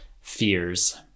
fears